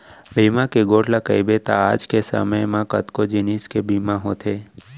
बीमा के गोठ ल कइबे त आज के समे म कतको जिनिस के बीमा होथे